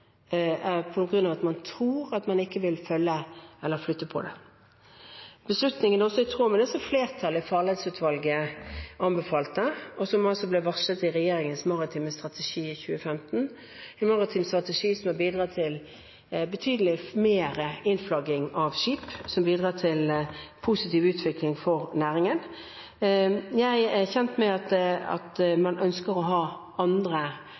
at man tror at man ikke vil flytte på det? Beslutningen er også i tråd med det som flertallet i farledsutvalget anbefalte, og som ble varslet i regjeringens maritime strategi i 2015, en maritim strategi som har bidratt til betydelig mer innflagging av skip, noe som bidrar til en positiv utvikling for næringen. Jeg er kjent med at man ønsker å ha andre